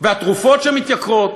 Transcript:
והתרופות שמתייקרות,